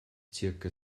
zirka